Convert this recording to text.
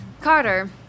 Carter